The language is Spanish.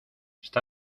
está